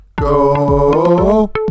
go